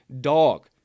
dog